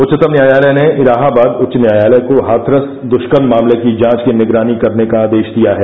उच्चतम न्यायालय ने इलाहाबाद उच्च न्यायालय को हाथरस द्ष्कर्म मामले की जांच की निगरानी करने का आदेश दिया है